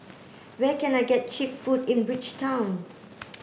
where can I get cheap food in Bridgetown